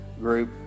group